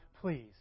please